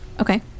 Okay